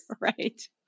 Right